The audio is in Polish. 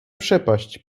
przepaść